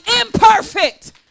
imperfect